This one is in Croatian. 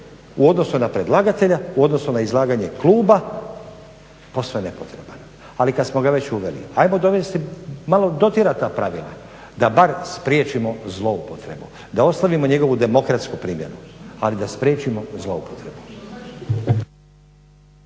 u odnosu na predlagatelja, u odnosu na izlaganje kluba posve nepotreban. Ali kad smo ga već uveli ajmo dotjerat ta pravila da bar spriječimo zloupotrebu, da ostavimo njegovu demokratsku primjenu, ali da spriječimo zloupotrebu.